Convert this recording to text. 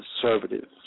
conservatives